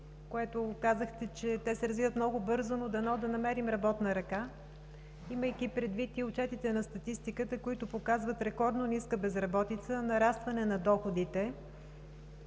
които казахте, че се развиват много бързо, но дано да намерим работна ръка. Имайки предвид и отчетите на статистиката, които показват рекордно ниска безработица, нарастване на доходите